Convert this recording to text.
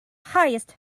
highest